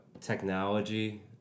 technology